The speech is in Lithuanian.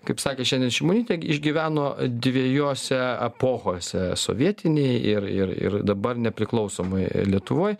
kaip sakė šiandien šimonytė išgyveno dviejose epochose sovietinėj ir ir ir dabar nepriklausomoj lietuvoj